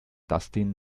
dustin